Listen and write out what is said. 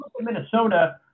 Minnesota